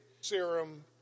serum